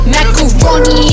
Macaroni